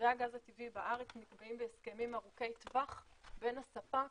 מחירי הגז הטבעי בארץ נקבעים בהסכמים ארוכי טווח בין הספק